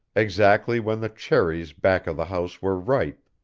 exactly when the cherries back of the house were ripe,